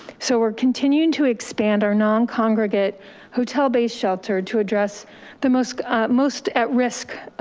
so we're continuing to expand our non congregate hotel based shelter to address the most ah most at risk,